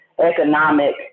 economic